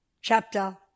chapter